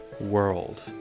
world